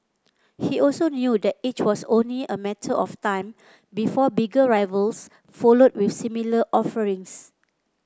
he also knew that it was only a matter of time before bigger rivals followed with similar offerings